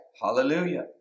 hallelujah